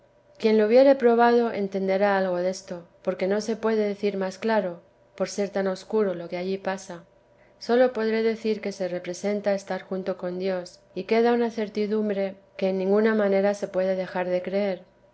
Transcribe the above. quien lo hubiere probado entenderá algo desto porque no se puede decir más claro por ser tan obscuro lo que allí pasa sólo podré decir que se representa estar junto con dios y queda una certidumbre que en ninguna manera se puede dejar de creer